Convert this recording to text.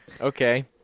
okay